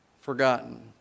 forgotten